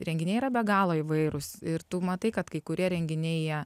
renginiai yra be galo įvairūs ir tu matai kad kai kurie renginiai jie